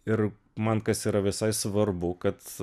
ir man kas yra visai svarbu kad